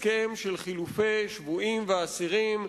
הסכם של חילופי שבויים ואסירים,